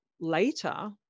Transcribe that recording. later